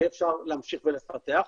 יהיה אפשר להמשיך ולפתח.